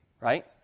right